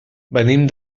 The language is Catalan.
venim